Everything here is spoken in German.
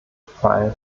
fall